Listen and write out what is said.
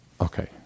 Okay